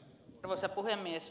arvoisa puhemies